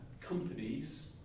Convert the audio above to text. companies